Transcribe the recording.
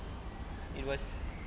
it was